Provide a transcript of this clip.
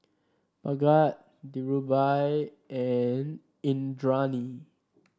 Bhagat Dhirubhai and Indranee